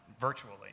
virtually